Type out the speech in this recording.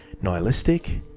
nihilistic